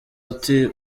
uti